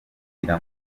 kugira